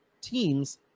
teams